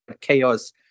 chaos